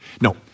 No